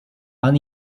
pan